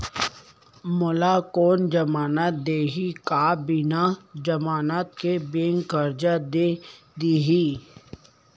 मोला कोन जमानत देहि का बिना जमानत के बैंक करजा दे दिही?